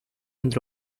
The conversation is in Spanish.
entre